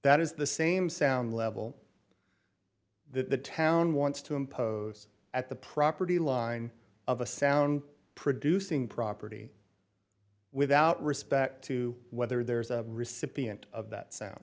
that is the same sound level that the town wants to impose at the property line of a sound producing property without respect to whether there is a recipient of that so